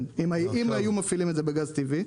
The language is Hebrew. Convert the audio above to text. אם היו מפעילים את זה בגז טבעי.